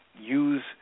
use